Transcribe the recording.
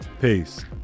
Peace